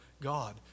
God